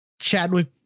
Chadwick